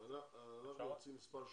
אנחנו רוצים מספר שינויים.